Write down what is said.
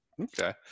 Okay